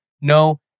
no